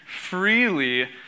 freely